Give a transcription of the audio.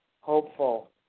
hopeful